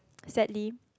sadly